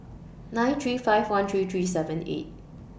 nine three five one three three seven eight